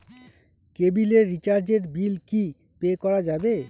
কেবিলের রিচার্জের বিল কি পে করা যাবে?